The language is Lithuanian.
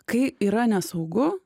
kai yra nesaugu